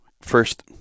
First